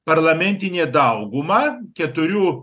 parlamentinė dauguma keturių